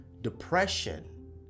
depression